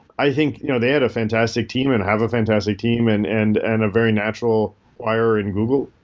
i think you know they had a fantastic team and have a fantastic team and and and a very natural wire in google.